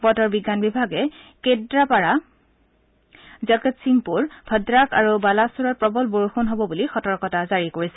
বতৰ বিজ্ঞান বিভাগে কেদৰাপাডা জগতসিংপুৰ ভদ্ৰাক আৰু বালাচৰত প্ৰবল বৰষুণ হ'ব বুলি সতৰ্কতা জাৰি কৰিছে